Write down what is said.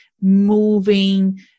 moving